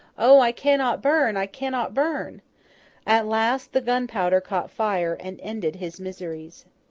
o! i cannot burn, i cannot burn at last, the gunpowder caught fire, and ended his miseries.